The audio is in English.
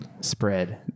Spread